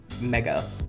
mega